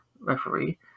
referee